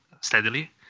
steadily